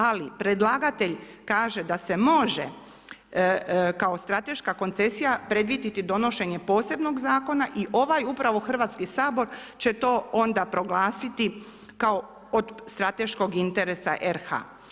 Ali predlagatelj kaže da se može kao strateška koncesija predvidjeti donošenje posebnog zakona i ovaj upravo Hrvatski sabor će to onda proglasiti kao od strateškog interesa RH.